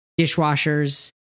dishwashers